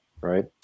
right